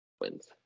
wins